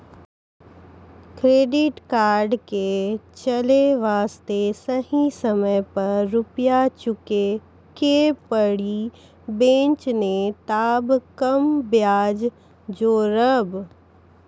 Credit card के चले वास्ते सही समय पर रुपिया चुके के पड़ी बेंच ने ताब कम ब्याज जोरब?